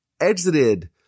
exited